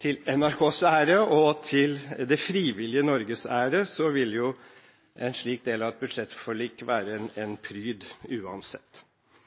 til NRKs ære og til det frivillige Norges ære at en slik del av et budsjettforlik vil være en pryd uansett.